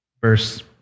Verse